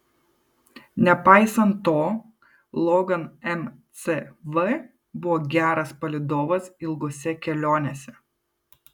nepaisant to logan mcv buvo geras palydovas ilgose kelionėse